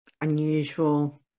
unusual